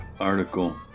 article